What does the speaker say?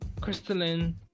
crystalline